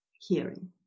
hearing